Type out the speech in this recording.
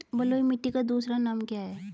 बलुई मिट्टी का दूसरा नाम क्या है?